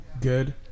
good